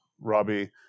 Robbie